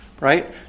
right